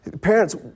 Parents